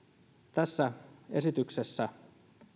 tässä esityksessä